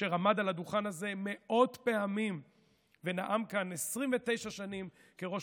אשר עמד על הדוכן הזה מאות פעמים ונאם כאן 29 שנים כראש